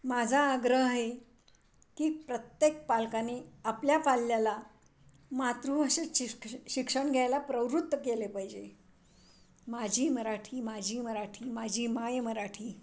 माझा आग्रह आहे की प्रत्येक पालकाने आपल्या पाल्याला मातृभाषेत शिश शिक्षण घ्यायला प्रवृत्त केले पाहिजे माझी मराठी माझी मराठी माझी मायमराठी